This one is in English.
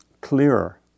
clearer